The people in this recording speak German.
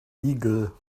igel